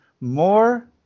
more